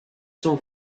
são